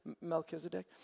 Melchizedek